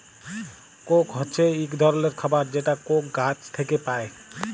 Coke হছে ইক ধরলের খাবার যেটা কোক গাহাচ থ্যাইকে পায়